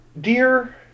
Dear